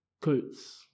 coats